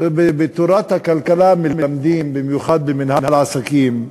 בתורת הכלכלה מלמדים, במיוחד במינהל עסקים,